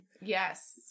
Yes